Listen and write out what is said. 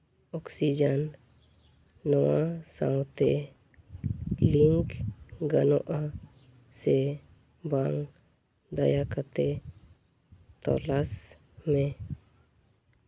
oxygen ᱱᱚᱣᱟ ᱥᱟᱶᱛᱮ link ᱜᱟᱱᱚᱜᱼᱟ ᱥᱮ ᱵᱟᱝ ᱫᱟᱭᱟ ᱠᱟᱛᱮᱫ ᱛᱚᱞᱟᱥ ᱢᱮ